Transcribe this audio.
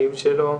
האחים שלו,